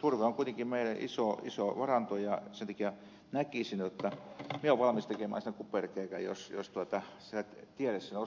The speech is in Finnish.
turve on kuitenkin meille iso varanto ja sen takia näkisin jotta minä olen valmis tekemään siinä kuperkeikan jos tiede sen osoittaa että se voidaan tehdä